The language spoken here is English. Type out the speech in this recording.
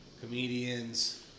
comedians